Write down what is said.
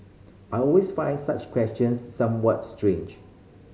I always find such questions somewhat strange